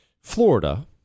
Florida